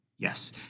yes